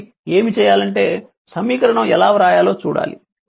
కాబట్టి ఏమి చేయాలంటే సమీకరణం ఎలా వ్రాయాలో చూడాలి